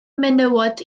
menywod